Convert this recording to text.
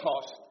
cost